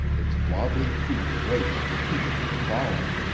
its wobbly feet braced to keep it from falling,